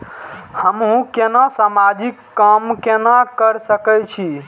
हमू केना समाजिक काम केना कर सके छी?